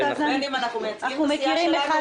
בין אם אנחנו מייצגים את הסיעה שלנו ובין אם לא.